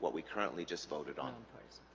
what we currently just voted on